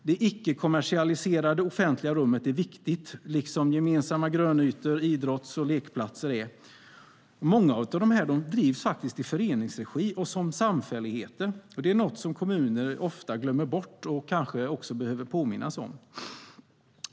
Det icke-kommersialiserade offentliga rummet är viktigt, liksom gemensamma grönytor och idrotts och lekplatser. Många av dessa drivs i föreningsregi och som samfälligheter. Det är något som kommuner ofta glömmer bort och kanske behöver påminnas om.